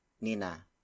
Nina